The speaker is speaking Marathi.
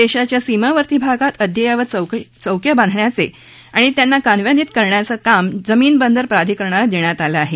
देशाच्या सीमावर्ती भागात अद्ययावत चौक्या बांधण्याचे आणि त्यांचं कार्यान्वीत करण्याचं काम जमीन बंदर प्राधिकरणाला देण्यात आलं आहे